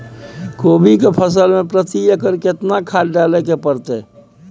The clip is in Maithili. कोबी के फसल मे प्रति एकर केतना खाद डालय के परतय?